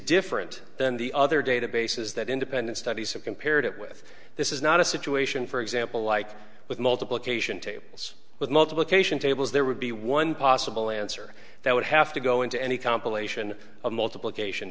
different than the other databases that independent studies have compared it with this is not a situation for example like with multiplication tables with multiplication tables there would be one possible answer that would have to go into any compilation of multiplication